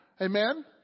Amen